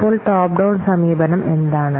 അപ്പോൾ top down സമീപനം എന്താണ്